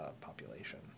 population